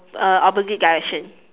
uh opposite direction